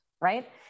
right